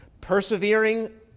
Persevering